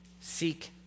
seek